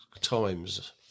Times